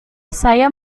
saya